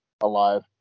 alive